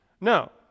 No